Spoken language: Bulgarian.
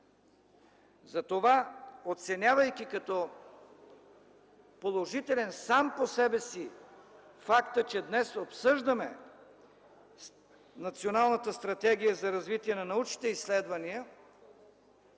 Затова, оценявайки като положителен сам по себе си факта, че днес обсъждаме Националната стратегия за развитие на научните изследвания,